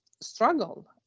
struggle